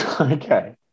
Okay